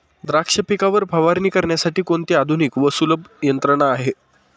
द्राक्ष पिकावर फवारणी करण्यासाठी कोणती आधुनिक व सुलभ यंत्रणा आहे?